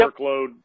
workload